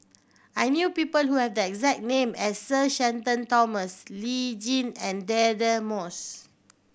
I know people who have the exact name as Sir Shenton Thomas Lee Tjin and Deirdre Moss